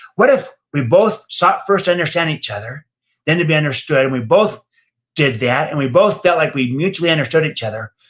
what if we both sought first to understand each other then to be understood? and we both did that and we both felt like we mutually understood each other,